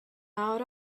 out